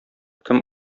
кем